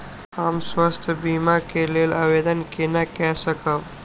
हम स्वास्थ्य बीमा के लेल आवेदन केना कै सकब?